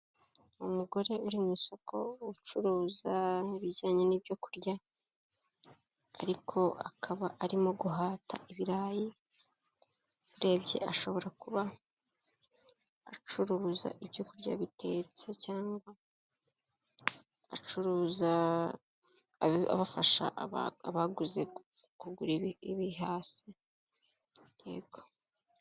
Umugore uri mu isoko ucuruza ibijyanye n'ibyo kurya ariko akaba arimo guhata ibirayi, urebye ashobora kuba acuruza ibyo kukurya bitetse cyangwa acuruza abafasha abaguze kugura ibi ibiri hasi yego.